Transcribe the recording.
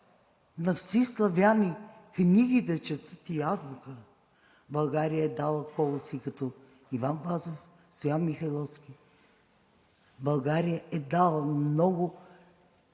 на вси славяни книги да четат и азбука. България е дала колоси като Иван Вазов, Стоян Михайловски. България е дала много